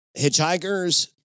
hitchhikers